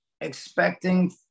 expecting